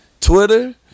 Twitter